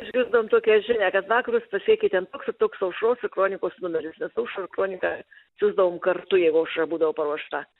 išgirsdavom tokią žinią kad vakarus pasiekė ten toks ir toks aušros ir kronikos numeris nes aušrą ir kroniką siųsdavom kartu jeigu aušra būdavo paruošta